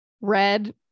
red